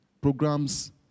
Programs